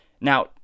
Now